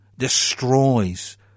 destroys